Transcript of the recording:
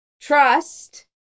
Trust